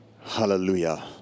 Hallelujah